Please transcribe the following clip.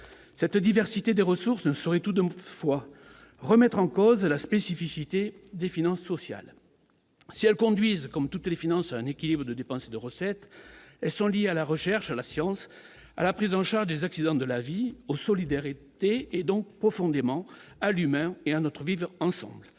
cette diversité des ressources ne saurait tout de fois remettre en cause la spécificité des finances sociales si elles conduisent comme toutes les finances un équilibre de dépenses et de recettes sont liées à la recherche à la science, à la prise en charge des accidents de la vie aux solidarités et donc profondément à l'humain et un autre vivent ensembles